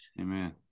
Amen